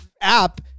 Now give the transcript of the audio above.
app